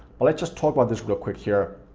but let's just talk about this real quick here.